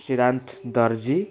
सिद्धान्त दर्जी